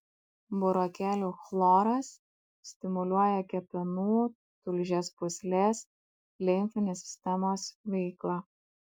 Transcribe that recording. burokėlių chloras stimuliuoja kepenų tulžies pūslės limfinės sistemos veiklą